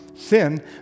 sin